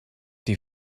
die